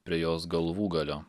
prie jos galvūgalio